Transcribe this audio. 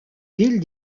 ville